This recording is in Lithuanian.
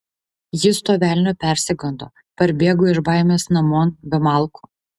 jis to velnio persigando parbėgo iš baimės namon be malkų